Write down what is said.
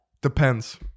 Depends